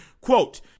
Quote